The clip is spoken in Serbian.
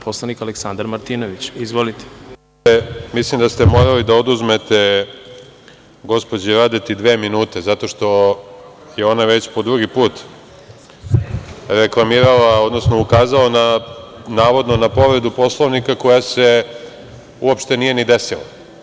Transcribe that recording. Prvo gospodine Milićeviću, mislim da ste morali da oduzmete gospođi Radeti dve minute zato što je ona već po drugi put reklamirala, odnosno ukazala navodno na povredu Poslovnika koja se uopšte nije ni desila.